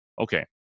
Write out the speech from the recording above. Okay